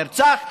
נרצח,